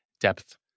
depth